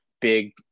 big